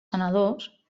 senadors